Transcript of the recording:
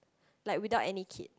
like without any kid